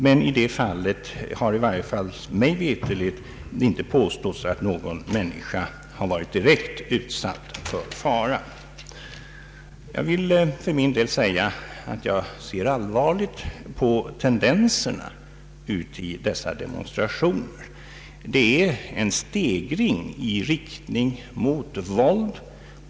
Men i det fallet har i varje fall mig veterligt inte påståtts att någon människa varit direkt utsatt för fara. För min del vill jag säga att jag ser allvarligt på tendenserna i dessa demonstrationer. Där föreligger en stegring i riktning mot våld.